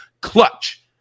Clutch